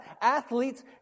athletes